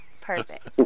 Perfect